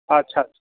ଆଚ୍ଛା ଆଚ୍ଛା